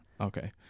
okay